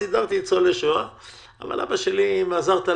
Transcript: סידרתי לניצולי שואה.